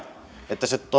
että se